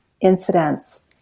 incidents